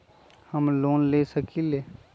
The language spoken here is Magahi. हम लोन ले सकील?